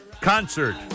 concert